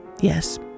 Yes